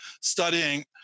studying